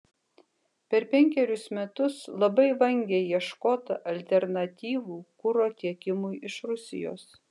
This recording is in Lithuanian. per penkerius metus labai vangiai ieškota alternatyvų kuro tiekimui iš rusijos